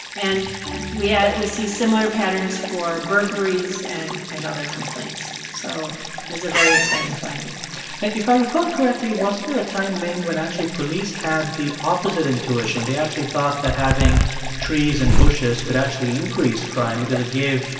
and we yeah we see similar patterns for burglaries and and other complaints. so it was a very exciting finding if i recall correctly, wasn't there a time, ming, when actually police had the opposite intuition? they actually thought that having trees and bushes could actually increase crime because it gave,